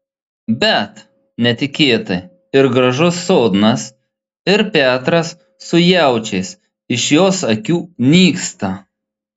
bet netikėtai ir gražus sodnas ir petras su jaučiais iš jos akių nyksta